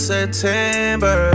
September